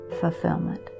fulfillment